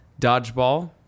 Dodgeball